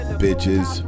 bitches